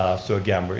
ah so again, but